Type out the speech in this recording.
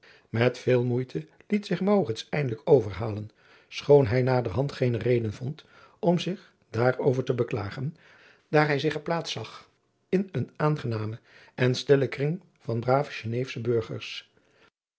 met veel moeite liet zich maurits eindelijk overhalen schoon hij naderhand geene reden vond om zich daar over te beklagen daar hij zich geplaatst zag in een aangenamen en stillen kring van brave geneefsche burgers